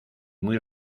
muy